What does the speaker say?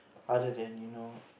other than you know